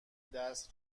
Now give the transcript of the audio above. درس